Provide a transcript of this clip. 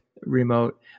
remote